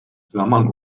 zaman